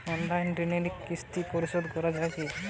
Online ঋণের কিস্তি পরিশোধ করা যায় কি?